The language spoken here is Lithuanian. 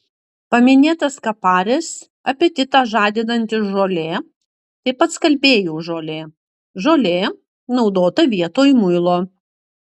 paminėtas kaparis apetitą žadinanti žolė taip pat skalbėjų žolė žolė naudota vietoj muilo